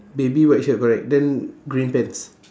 baby white shirt correct then green pants